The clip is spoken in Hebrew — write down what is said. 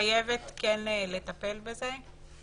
מתחייבת לטפל בזה.